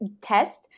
test